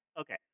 okay